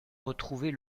retrouver